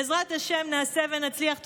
בעזרת השם נעשה ונצליח.